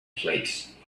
flakes